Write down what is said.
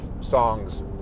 songs